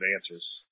answers